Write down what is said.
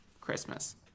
Christmas